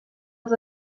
els